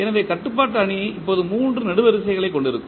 எனவே கட்டுப்பாட்டு அணி இப்போது 3 நெடுவரிசைகளைக் கொண்டிருக்கும்